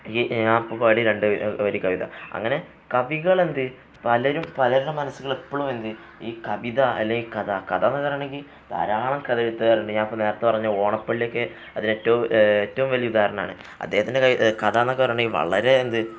ഈ ഞാനിപ്പോള് പാടിയ രണ്ട് വരി കവിത അങ്ങനെ കവികളെന്താണ് പലരും പലരുടെയും മനസ്സിലും എപ്പോഴും എന്താണ് ഈ കവിത അല്ലെങ്കില് കഥ കഥയെന്ന് പറഞ്ഞിട്ടുണ്ടെങ്കില് ധാരാളം കഥയെഴുത്തുകാരുണ്ട് ഞാനിപ്പോള് നേരത്തെ പറഞ്ഞ ഓണപ്പള്ളിയൊക്കെ അതിനേറ്റവും ഏറ്റവും വലിയ ഉദാഹരണമാണ് അദ്ദേഹത്തിന്റെ കഥയെന്നൊക്കെ പറഞ്ഞിട്ടുണ്ടെങ്കില് വളരെ എന്താണ്